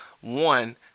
one